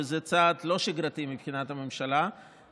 וזה צעד לא שגרתי מבחינת הממשלה,